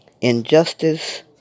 Injustice